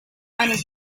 and